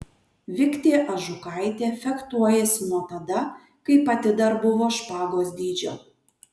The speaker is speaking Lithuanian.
viktė ažukaitė fechtuojasi nuo tada kai pati dar buvo špagos dydžio